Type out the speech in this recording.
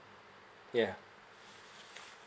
yeah